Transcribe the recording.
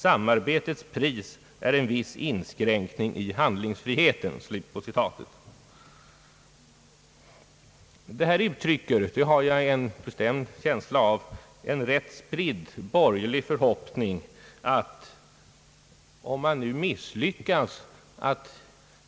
Samarbetets pris är en viss inskränkning i handlingsfriheten.» Detta uttrycker, har jag en bestämd känsla av, en vida spridd borgerlig förhoppning att, om man nu misslyckas att